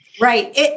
Right